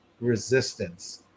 resistance